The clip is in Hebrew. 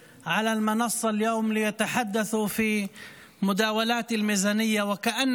עומדים היום על הבמה כדי לדון בדיוני התקציב כאילו